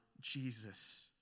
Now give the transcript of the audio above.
Jesus